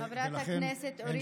חברת הכנסת אורית סטרוק.